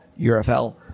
UFL